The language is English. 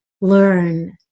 learn